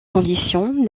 conditions